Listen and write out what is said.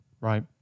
right